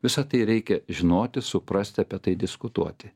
visa tai reikia žinoti suprasti apie tai diskutuoti